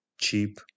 cheap